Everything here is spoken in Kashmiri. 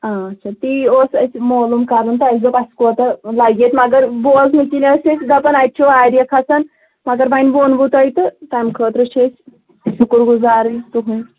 آچھا تی اوس اَسہِ مولوٗم کَرُن تہٕ اَسہِ دوٚپ اَسہِ کوتاہ لَگہِ ییٚتہِ مگر بوزنہٕ کِنۍ ٲسۍ أسۍ دَپان اَتہِ چھُ واریاہ کھسان مگر وۄنۍ ووٚنوٕ تۄہہِ تہٕ تَمہِ خٲطرٕ چھِ أسۍ شُکُر گُزارٕے تُہٕنٛدۍ